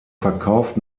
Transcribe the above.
verkauft